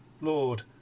Lord